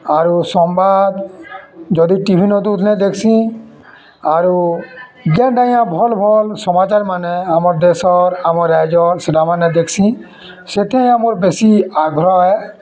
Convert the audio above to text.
ଆରୁ ସମ୍ବାଦ ଯଦି ଟିଭିନେ ଦେଉଥିଲେ ଦେଖ୍ସି ଆରୁ ଯେନ୍ଟା ଆଜ୍ଞା ଭଲ୍ ଭଲ୍ ସମାଚାର୍ମାନେ ଆମର୍ ଦେଶ୍ର ଆମ ରାଜ୍ୟର ସେଟା ମାନେ ଦେଖ୍ସି ସେଟା ଆମର୍ ବେଶୀ ଆଗ୍ରହ ଆଏ